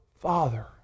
Father